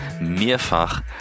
mehrfach